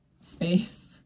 space